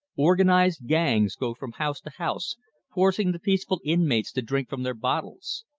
organized gangs go from house to house forcing the peaceful inmates to drink from their bottles.